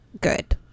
good